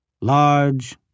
Large